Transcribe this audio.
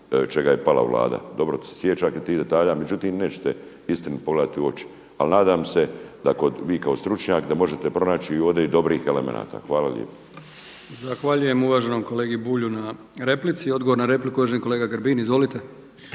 čega je pala Vlada. Dobro se sjećam tih detalja, međutim nećete istinu pogledati u oči. Ali nadam se da vi kao stručnjak da možete pronaći ovdje i dobrih elemenata. Hvala lijepo. **Brkić, Milijan (HDZ)** Zahvaljujem uvaženom kolegi Bulju na replici. Odgovor na repliku uvaženi kolega Grbin. Izvolite.